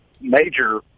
major